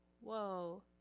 Whoa